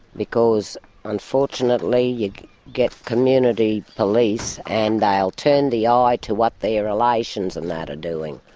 because unfortunately you get community police and they'll turn the eye to what their relations and that are doing.